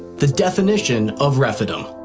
the definition of rephidim.